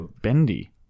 bendy